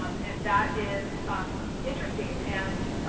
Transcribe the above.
um and that is interesting and,